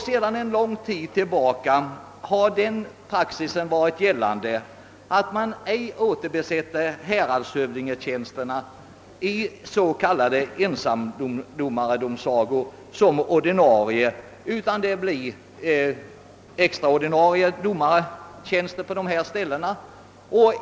Sedan lång tid tillbaka har den praxis varit gällande, att häradshövdingtjänster i ensamdomardomsagor ej återbesättes som ordinarie. Det blir i stället extraordinarie tjänster på dessa ställen.